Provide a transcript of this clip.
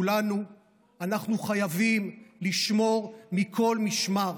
כולנו חייבים לשמור מכל משמר